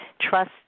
trust